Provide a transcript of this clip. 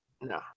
No